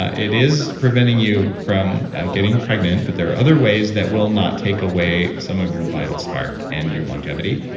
ah it is preventing you from getting pregnant, but there are other ways that will not take away some of your vital spark and your longevity.